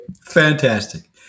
fantastic